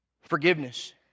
Forgiveness